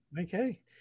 okay